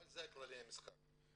אבל אלו כללי המשחק.